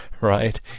Right